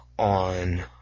on